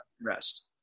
rest